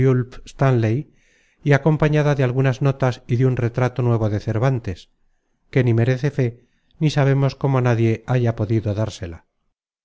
stanley y acompañada de algunas notas y de un retrato nuevo de cervántes que ni merece fe ni sabemos cómo nadie haya podido dársela